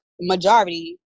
majority